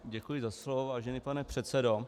Děkuji za slovo, vážený pane předsedo.